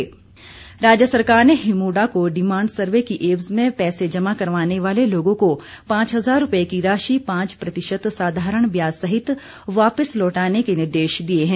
हिमुडा राज्य सरकार ने हिमुडा को डिमांड सर्वे के एवज में पैसे जमा करवाने वाले लोगों को पांच हजार रुपये की राशि पांच प्रतिशत साधारण ब्याज सहित वापिस लौटाने के निर्देश दिए है